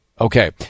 Okay